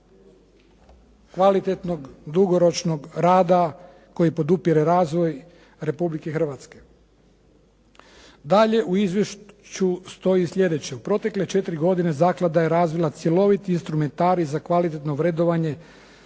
kvalitetnog, dugoročnog rada koji podupire razvoj Republike Hrvatske. Dalje u izvješću stoji sljedeće, u protekle sljedeće godine zaklada je razvila cjeloviti instrumentarij za kvalitetno vrednovanje